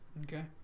okay